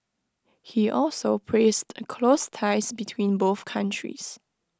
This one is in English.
he also praised the close ties between both countries